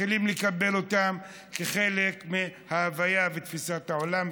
מתחילים לקבל אותם כחלק מההוויה ומתפיסת העולם,